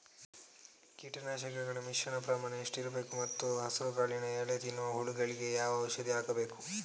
ಕೀಟನಾಶಕಗಳ ಮಿಶ್ರಣ ಪ್ರಮಾಣ ಎಷ್ಟು ಇರಬೇಕು ಮತ್ತು ಹೆಸರುಕಾಳಿನ ಎಲೆ ತಿನ್ನುವ ಹುಳಗಳಿಗೆ ಯಾವ ಔಷಧಿ ಹಾಕಬೇಕು?